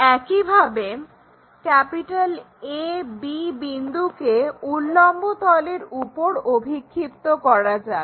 একইভাবে AB বিন্দুকে উল্লম্ব তলের উপর অভিক্ষিপ্ত করা যাক